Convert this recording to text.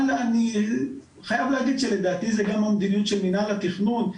אבל אני חייב להגיד שלדעתי זה גם המדיניות של מינהל התכנון.